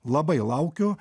labai laukiu